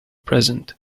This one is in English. present